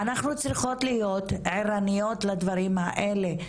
אנחנו צריכות להיות עירניות לדברים האלה,